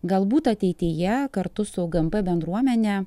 galbūt ateityje kartu su gmp bendruomene